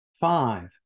Five